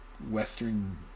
western